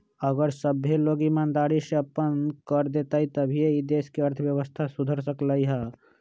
अगर सभ्भे लोग ईमानदारी से अप्पन कर देतई तभीए ई देश के अर्थव्यवस्था सुधर सकलई ह